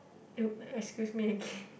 excuse me again